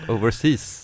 Overseas